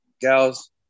Gals